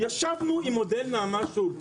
ישבנו עם נעמה שוב,